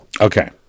okay